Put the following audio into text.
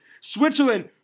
Switzerland